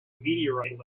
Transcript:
meteorite